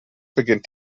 beginnt